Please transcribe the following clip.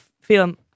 film